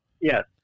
Yes